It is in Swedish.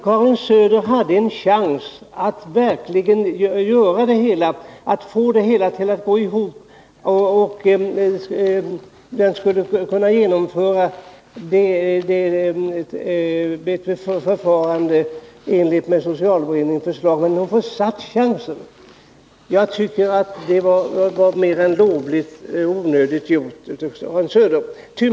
Karin Söder hade en chans att få det hela att gå ihop och genomföra ett förfarande i enlighet med socialberedningens förslag, men hon försatt den chansen. Jag tycker att Karin Söders handlande i den här frågan var helt onödigt.